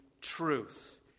truth